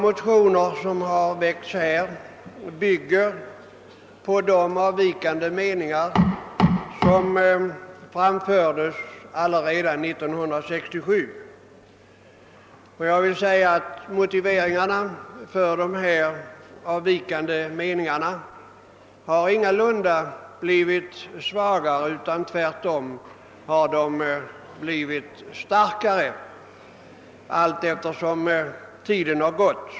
Motionerna bygger på de avvikande meningar som framfördes alla redan år 1967. Motiveringarna för dessa uppfattningar har ingalunda blivit svagare utan tvärtom starkare allteftersom tiden har gått.